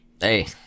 Hey